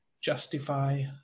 justify